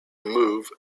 move